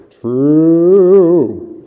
True